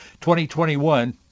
2021